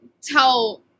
tell